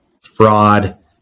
fraud